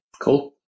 cool